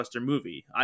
movie